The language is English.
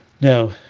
now